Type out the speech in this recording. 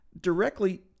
directly